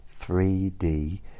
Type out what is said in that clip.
3d